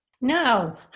No